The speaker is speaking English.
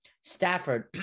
Stafford